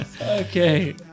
Okay